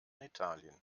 italien